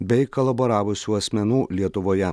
bei kolaboravusių asmenų lietuvoje